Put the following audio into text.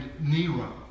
Nero